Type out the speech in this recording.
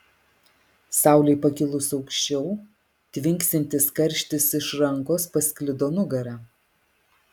saulei pakilus auščiau tvinksintis karštis iš rankos pasklido nugara